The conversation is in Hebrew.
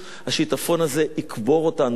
השיטפון הזה יקבור אותנו,